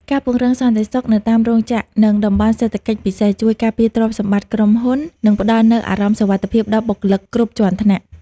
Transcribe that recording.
ការពង្រឹងសន្តិសុខនៅតាមរោងចក្រ និងតំបន់សេដ្ឋកិច្ចពិសេស ជួយការពារទ្រព្យសម្បត្តិក្រុមហ៊ុន និងផ្ដល់នូវអារម្មណ៍សុវត្ថិភាពដល់បុគ្គលិកគ្រប់ជាន់ថ្នាក់។